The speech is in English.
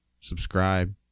Subscribe